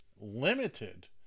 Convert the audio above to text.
limited